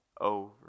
over